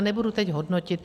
Nebudu teď hodnotit.